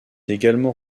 également